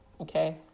okay